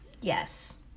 Yes